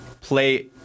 play